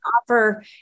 offer